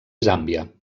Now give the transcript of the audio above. zàmbia